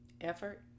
Effort